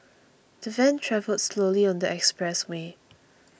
the van travelled slowly on the expressway